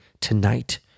tonight